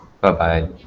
Bye-bye